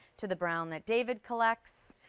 to the brown that david collects,